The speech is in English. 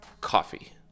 coffee